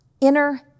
inner